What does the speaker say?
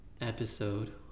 episode